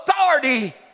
authority